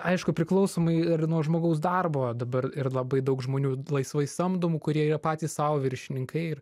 aišku priklausomai ir nuo žmogaus darbo dabar ir labai daug žmonių laisvai samdomų kurie yra patys sau viršininkai ir